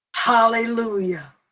Hallelujah